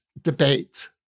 debate